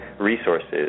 Resources